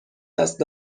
است